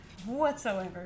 whatsoever